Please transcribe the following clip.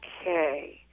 okay